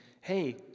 hey